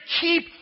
keep